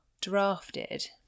drafted